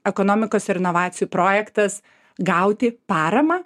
ekonomikos ir inovacijų projektas gauti paramą